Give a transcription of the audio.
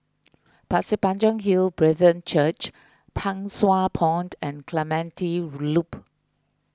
Pasir Panjang Hill Brethren Church Pang Sua Pond and Clementi Loop